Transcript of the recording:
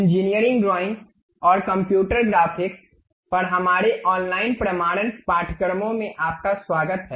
engineering drawing और computer graphics पर हमारे ऑनलाइन प्रमाणन पाठ्यक्रमों में आपका स्वागत है